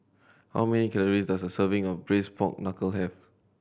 how many calories does a serving of Braised Pork Knuckle have